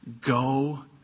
Go